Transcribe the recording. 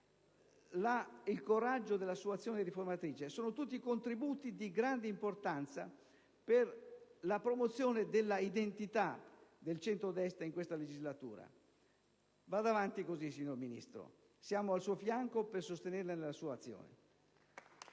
il coraggio della sua azione riformatrice sono tutti contributi di grande importanza per la promozione della identità del centrodestra in questa legislatura. Vada davanti così, signora Ministro. Siamo al suo fianco per sostenerla nella sua azione!